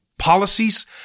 policies